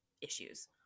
issues